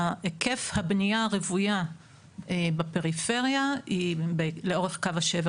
היקף הבנייה הרוויה בפריפריה לאורך קו השבר